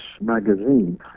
magazine